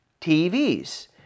TVs